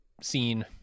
scene